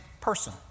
person